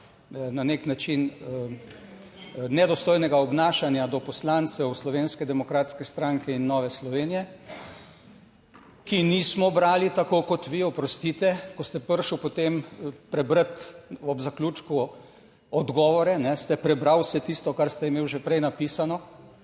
na nek način nedostojnega obnašanja do poslancev Slovenske demokratske stranke in Nove Slovenije, ki nismo brali tako kot vi oprostite, ko ste prišel potem prebrati ob zaključku odgovore, ste prebrali vse tisto, kar ste imeli že prej napisano,